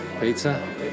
Pizza